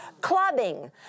Clubbing